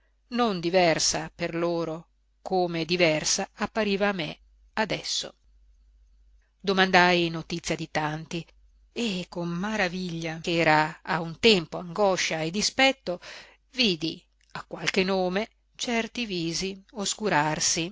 non diversa per loro come diversa appariva a me adesso domandai notizia di tanti e con maraviglia ch'era a un tempo angoscia e dispetto vidi a qualche nome certi visi oscurarsi